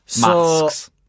Masks